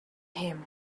him